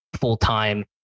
full-time